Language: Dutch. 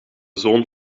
zoon